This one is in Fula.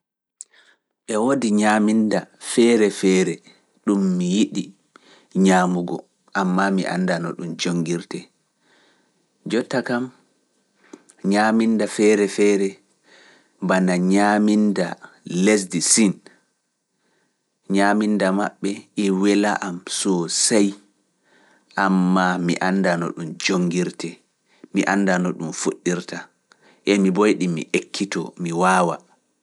E woodi ñaaminda feere feere ɗum mi yiɗi ñaamugo, ammaa mi anndan o ɗum jongirte. Jotta kam ñaaminda feere feere bana ñaaminda lesdi siin, ñaaminda maɓɓe e wela am soo sey, ammaa mi annda no ɗum jongirte, mi annda no ɗum fuɗirta, en mi boyɗi, mi ekkito, mi waawa.